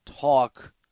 talk